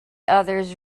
others